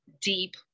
deep